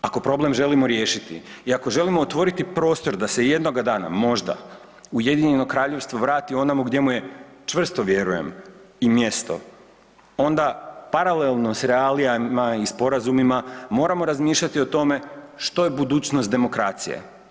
Ako problem želimo riješiti i ako želimo otvoriti prostor da se jednoga dana, možda, UK vrati onomu gdje mu je, čvrsto vjerujem, i mjesto, onda paralelno s realijama i sporazumima moramo razmišljati o tome što je budućnost demokracije.